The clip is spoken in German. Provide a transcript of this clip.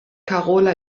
karola